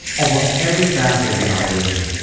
almost every facet of the operation,